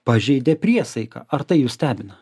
pažeidė priesaiką ar tai jus stebina